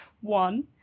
one